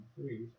three